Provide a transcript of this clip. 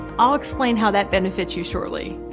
i'll explain how that benefits you shortly.